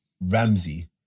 Ramsey